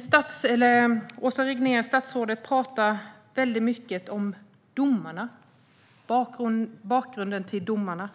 statsrådet Åsa Regnér talar mycket om domarna och bakgrunden till domarna.